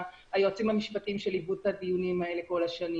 והיועצים המשפטיים שליוו את הדיונים האלה כל השנים